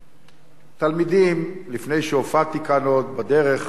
תלמידים, לפני שהופעתי כאן, עוד בדרך,